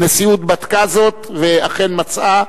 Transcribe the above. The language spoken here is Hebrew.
הנשיאות בדקה זאת, ואכן מצאה.